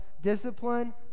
discipline